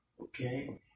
okay